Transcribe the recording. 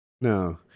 No